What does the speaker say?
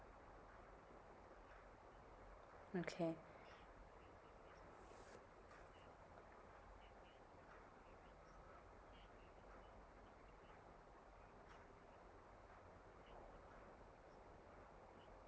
okay